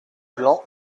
blanc